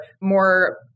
more